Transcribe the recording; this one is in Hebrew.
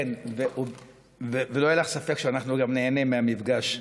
כן, ולא היה לך ספק שאנחנו גם ניהנה מהמפגש.